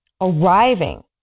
Arriving